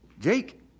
Jake